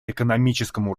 экономическому